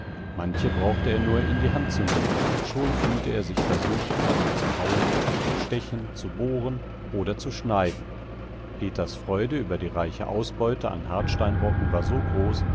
manche brauchte er nur in die hand zu nehmen und schon fühlte er sich versucht damit zu hauen zu stechen zu bohren oder zu schneiden peters freude über die reiche ausbeute an hartsteinbrocken war so groß